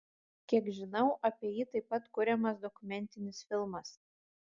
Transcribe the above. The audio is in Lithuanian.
kiek žinau apie jį taip pat kuriamas dokumentinis filmas